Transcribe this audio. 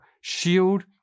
shield